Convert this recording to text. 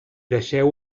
deixeu